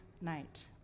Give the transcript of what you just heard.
night